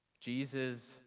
Jesus